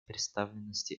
представленности